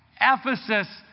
Ephesus